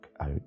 out